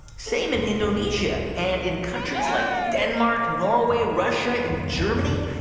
same in indonesia. and in countries like denmark, norway, russia and germany,